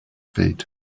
feet